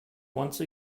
once